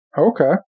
Okay